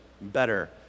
better